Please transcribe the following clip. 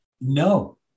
No